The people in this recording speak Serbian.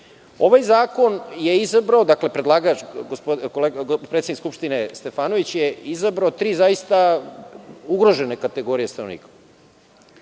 zakon je izabrao, dakle predlagač, predsednik Skupštine, Stefanović, je izabrao tri zaista ugrožene kategorije stanovnika